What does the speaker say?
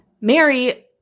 Mary